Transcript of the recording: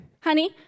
honey